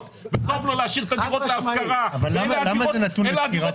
וטוב לו להשאיר את הדירות להשכרה ואלה הדירות